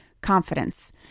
confidence